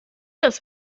das